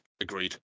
agreed